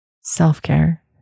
self-care